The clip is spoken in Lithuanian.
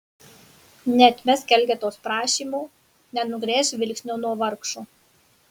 neatmesk elgetos prašymo nenugręžk žvilgsnio nuo vargšo